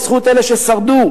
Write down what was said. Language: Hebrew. בזכות אלה ששרדו,